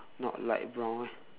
not light brown meh